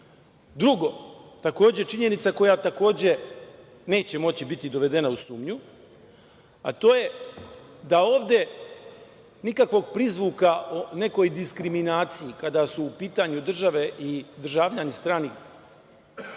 činimo. Drugo, takođe je činjenica koja neće moći biti dovedena u sumnju, a to je da ovde nikakvog prizvuka o nekoj diskriminaciji kada su u pitanju države i državljani drugih